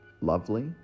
Lovely